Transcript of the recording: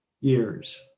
years